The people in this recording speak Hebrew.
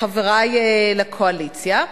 חברי לקואליציה.